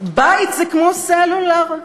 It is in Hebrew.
בית זה כמו סלולר?